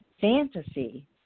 fantasy